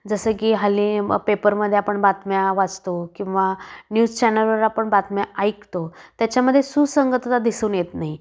जसं की हल्ली मग पेपरमध्ये आपण बातम्या वाचतो किंवा न्यूज चॅनलवर आपण बातम्या ऐकतो त्याच्यामध्ये सुसंगतता दिसून येत नाही